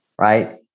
right